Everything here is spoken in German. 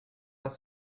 das